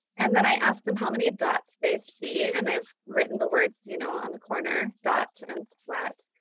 and then i asked them how many dots they see and i've written the words you know on the corner dot and splat.